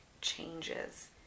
changes